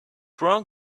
wrong